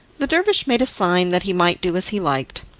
the dervish made a sign that he might do as he liked,